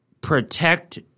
Protect